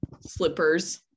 slippers